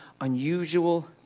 unusual